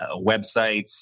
websites